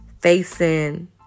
facing